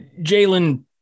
Jalen